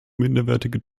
minderwertige